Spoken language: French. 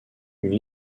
une